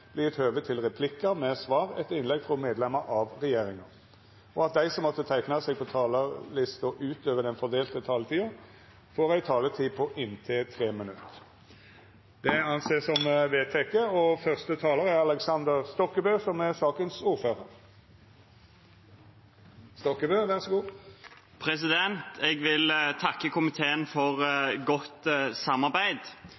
høve til replikkar med svar etter innlegg frå medlemer av regjeringa. Vidare vert det føreslått at dei som måtte teikna seg på talarlista utover den fordelte taletida, får ei taletid på inntil 3 minutt. – Det er vedteke.